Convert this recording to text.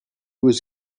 was